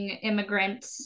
immigrant